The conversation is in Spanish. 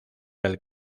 del